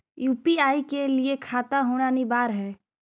UPI के लिए खाता होना अनिवार्य है?